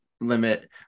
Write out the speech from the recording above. limit